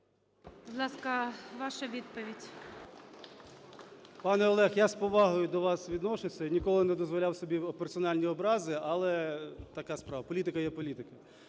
Пане Олег, я з повагою до вас відношуся і ніколи не дозволяв собі персональні образи, але така справа, політика – є політика.